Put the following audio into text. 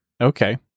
Okay